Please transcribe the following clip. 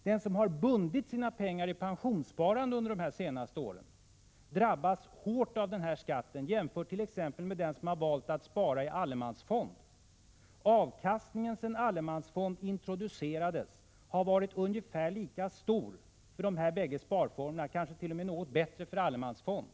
Den som bundit sina pengar i pensionssparande under de senaste åren drabbas hårt av den här skatten jämfört med t.ex. den som har valt att spara i allemansfond. Sedan allemansfond introducerades har avkastningen för dessa bägge sparformer varit ungefär lika stor, kanske t.o.m. något större för allemansfond.